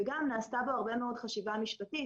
וגם נעשתה בו הרבה מאוד חשיבה משפטית,